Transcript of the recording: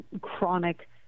chronic